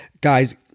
guys